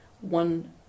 one